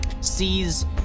sees